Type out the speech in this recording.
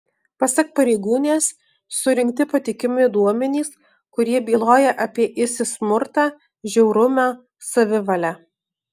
pasak pareigūnės surinkti patikimi duomenys kurie byloja apie isis smurtą žiaurumą savivalę